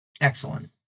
Excellent